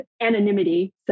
anonymity